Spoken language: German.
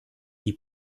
die